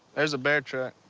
there's a bear track.